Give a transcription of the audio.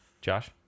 Josh